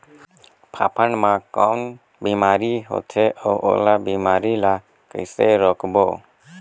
फाफण मा कौन बीमारी होथे अउ ओला बीमारी ला कइसे रोकबो?